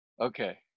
Okay